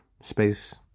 space